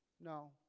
no